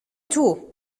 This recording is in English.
too